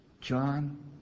John